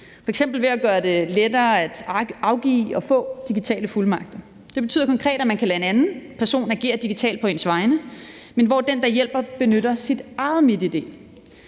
f.eks. ved at gøre det lettere at afgive og få digitale fuldmagter. Det betyder konkret, at man kan lade en anden person agere digitalt på ens vegne, men at den, der hjælper, benytter sit eget MitID.